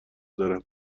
دارم